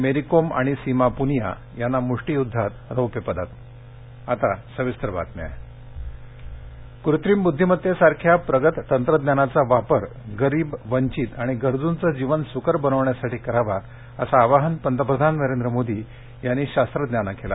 मेरी कोम आणि सीमा पुनिया यांना मुष्टियुद्धात रौप्यपदक मन की बात कृत्रिम बुद्धीमत्तेसारख्या प्रगत तंत्रज्ञानाचा वापर गरीब वंचित आणि गरजूंचं जीवन सुकर बनवण्यासाठी करावा असं आवाहन पंतप्रधान नरेंद्र मोदी यांनी शास्त्रज्ञाना केलं